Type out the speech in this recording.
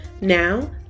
Now